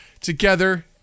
together